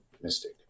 Mystic